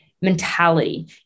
mentality